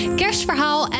kerstverhaal